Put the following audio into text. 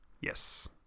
Yes